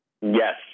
Yes